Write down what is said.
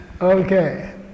Okay